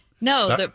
no